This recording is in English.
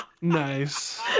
Nice